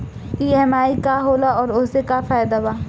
EMI का होला और ओसे का फायदा बा?